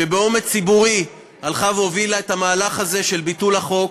שבאומץ ציבורי הלכה והובילה את המהלך הזה של ביטול החוק.